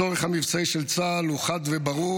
הצורך המבצעי של צה"ל הוא חד וברור,